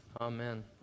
Amen